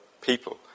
people